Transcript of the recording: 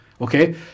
okay